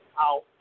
out